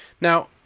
Now